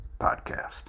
Podcast